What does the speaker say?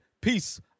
Peace